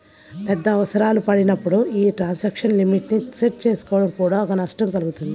పెద్ద అవసరాలు పడినప్పుడు యీ ట్రాన్సాక్షన్ లిమిట్ ని సెట్ చేసుకోడం వల్ల నష్టం కల్గుతుంది